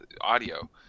audio